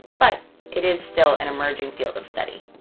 but it is still an emerging field of study.